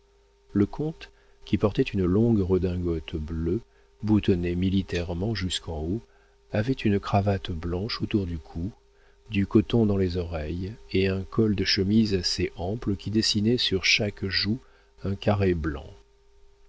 le comte qui portait une longue redingote bleue boutonnée militairement jusqu'en haut avait une cravate blanche autour du cou du coton dans les oreilles et un col de chemise assez ample qui dessinait sur chaque joue un carré blanc